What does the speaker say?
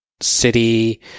city